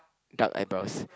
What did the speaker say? dark eyebrows